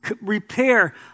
repair